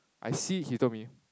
I see he told me